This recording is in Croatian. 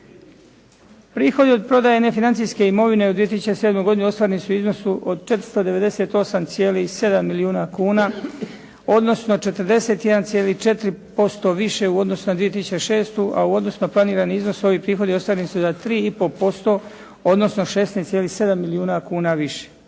Prihodi od prodaje nefinancijske imovine u 2007. godini ostvareni su u iznosu od 498,7 milijuna kuna odnosno 41,4% više u odnosu na 2006. a u odnosu na planirani iznos ovi prihodi ostvareni su za 3,5% odnosno 16,7 milijuna kuna više.